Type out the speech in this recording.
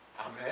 Amen